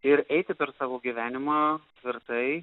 ir eiti per savo gyvenimą tvirtai